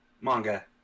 Manga